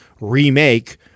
remake